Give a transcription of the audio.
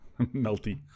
Melty